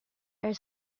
are